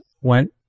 went